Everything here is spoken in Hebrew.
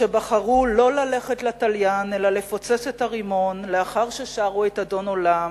שבחרו לא ללכת לתליין אלא לפוצץ את הרימון לאחר ששרו את "אדון עולם",